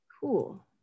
Cool